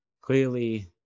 clearly